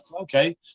okay